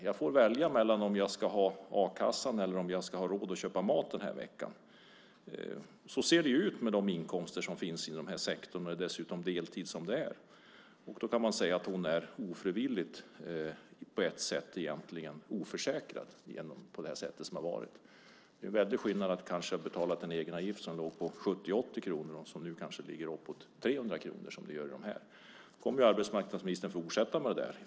Jag får välja mellan att ha a-kassa eller att ha råd att köpa mat den här veckan. Så ser det ut med de inkomster som finns inom den här sektorn när det dessutom handlar om deltid. Man kan säga att hon egentligen är ofrivilligt oförsäkrad. Det är en väldig skillnad mellan att betala en egenavgift på 70-80 kronor och en på upp mot 300 kronor som den ligger på nu. Nu kommer arbetsmarknadsministern att fortsätta med det.